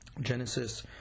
Genesis